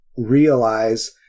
realize